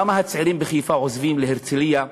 למה הצעירים בחיפה עוזבים להרצליה,